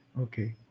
Okay